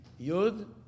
yud